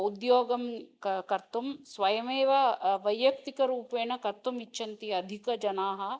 उद्योगं क कर्तुं स्वयमेव वैयक्तिकरूपेण कर्तुम् इच्छन्ति अधिकाः जनाः